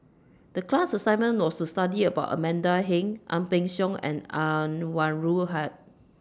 The class assignment was to study about Amanda Heng Ang Peng Siong and Anwarul Haque